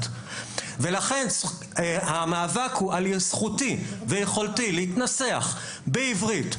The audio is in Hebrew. ולכן המאבק הוא על זכותי ויכולתי להתנסח בעברית,